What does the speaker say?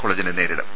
കോളേ ജിനെ നേരിടും